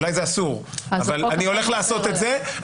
אולי זה אסור, אבל אני הולך לעשות את זה.